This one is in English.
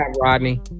Rodney